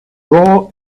raw